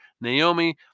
Naomi